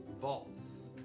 vaults